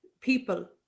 people